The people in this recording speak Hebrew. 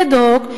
אד-הוק,